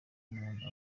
umuntu